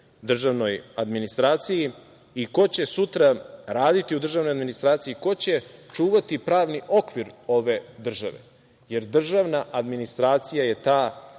državnoj administraciji i ko će sutra raditi u državnoj administraciji, ko će čuvati pravni okvir ove države? Jer, državna administracija je ta